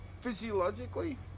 Physiologically